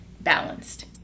balanced